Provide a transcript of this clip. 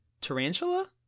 tarantula